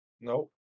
nope